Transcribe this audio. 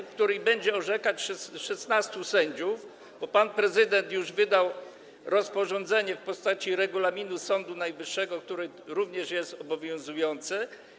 w której będzie orzekać 16 sędziów, bo pan prezydent już wydał rozporządzenie w postaci regulaminu Sądu Najwyższego, który również jest obowiązujący.